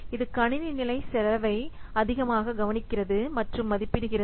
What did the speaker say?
இது கணினி நிலை செலவை அதிகமாக கவனிக்கிறது மற்றும் மதிப்பிடுகிறது